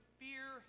fear